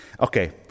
okay